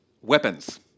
weapons